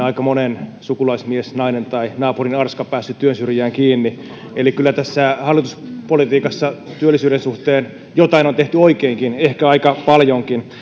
aika monen sukulaismies nainen tai naapurin arska päässyt työn syrjään kiinni eli kyllä tässä hallituspolitiikassa työllisyyden suhteen jotain on tehty oikeinkin ehkä aika paljonkin